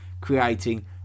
creating